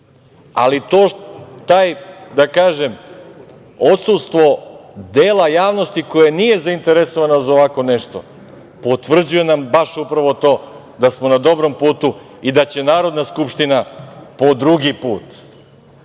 pravosuđe ima, ali to odsustvo dela javnosti koje nije zainteresovano za ovako nešto potvrđuje nam baš upravo to da smo na dobrom putu i da će Narodna skupština po drugi put